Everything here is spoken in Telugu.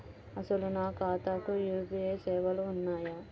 అసలు నా ఖాతాకు యూ.పీ.ఐ సేవలు ఉన్నాయా?